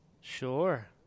Sure